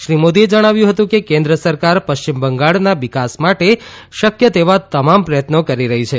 શ્રી મોદીએ જણાવ્યું હતુ કે કેન્દ્ર સરકાર પશ્ચિમ બંગાળ ના વિકાસ માટે શકય તેવા તમામ પ્રયત્નો કરી રહી છે